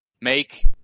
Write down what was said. make